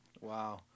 Wow